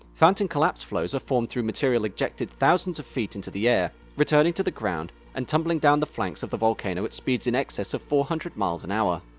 fountain-collapse flows are formed through material ejected thousands of feet into the air returning to the ground and tumbling down the flanks of the volcano at speeds in excess of four hundred mph.